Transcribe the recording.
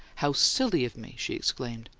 how silly of me! she exclaimed.